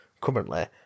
currently